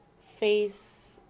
face